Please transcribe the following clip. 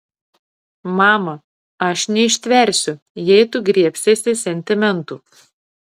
mama aš neištversiu jei tu griebsiesi sentimentų